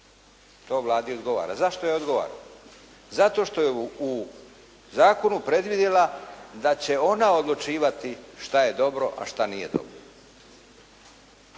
To Vladi odgovara. Zašto joj odgovara? Zato što je u zakonu predvidjela da će ona odlučivati što je dobro, a što nije dobro.